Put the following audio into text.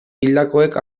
hildakoek